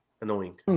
annoying